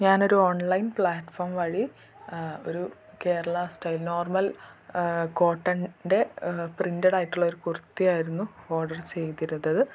ഞാനൊരു online platform വഴി ഒരു കേരള സ്റ്റൈൽ നോർമൽ കോട്ടൻ്റെ പ്രിൻ്റെഡ് ആയിട്ടുള്ള ഒരു കുർത്തി ആയിരുന്നു ഓർഡർ ചെയ്തിരുന്നത്